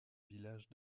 village